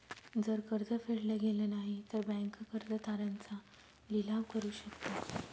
जर कर्ज फेडल गेलं नाही, तर बँक कर्ज तारण चा लिलाव करू शकते